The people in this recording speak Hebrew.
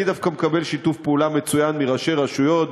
אני דווקא מקבל שיתוף פעולה מצוין מראשי רשויות,